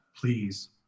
please